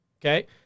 Okay